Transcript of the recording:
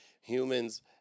humans